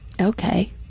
Okay